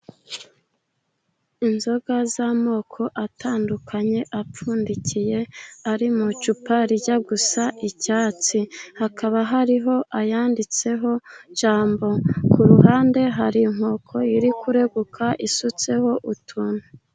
Inzoga z'amoko atandukanye, apfundikiye ,ari mu icupa rijya gusa icyatsi . Hakaba hariho ayanditseho jambo ku ruhande hari inkoko iri kureguka isutseho utuntu.